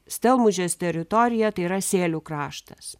stelmužės teritorija tai yra sėlių kraštas